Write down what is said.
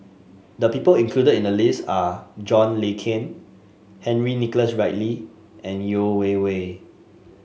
the people included in the list are John Le Cain Henry Nicholas Ridley and Yeo Wei Wei